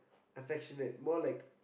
affectionate more like